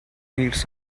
needs